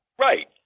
Right